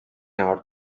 our